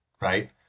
Right